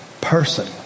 person